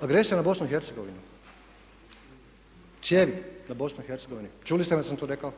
cijevi na Bosnu i Hercegovinu, čuli ste me da sam to rekao?